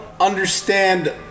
understand